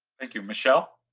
thank you. michelle?